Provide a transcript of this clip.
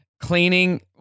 cleaning